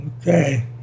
okay